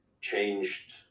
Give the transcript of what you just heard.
changed